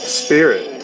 spirit